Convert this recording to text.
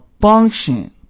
function